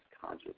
conscious